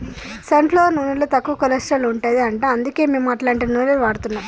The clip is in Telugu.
సన్ ఫ్లవర్ నూనెలో తక్కువ కొలస్ట్రాల్ ఉంటది అంట అందుకే మేము అట్లాంటి నూనెలు వాడుతున్నాం